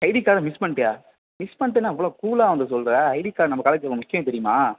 ID கார்டை miss பண்ணிட்டியா miss பண்ணிட்டேன்னு இவ்வளோ கூல்லாக வந்து சொல்கிற ஐடி கார்டு நம்ம காலேஜுக்கு எவ்வளோ முக்கியம் தெரியுமா